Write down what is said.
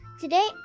today